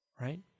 right